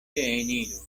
reeniru